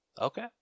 Okay